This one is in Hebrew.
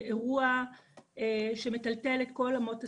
קרה אירוע שמטלטל את כל אמות הסיפים.